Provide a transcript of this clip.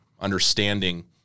understanding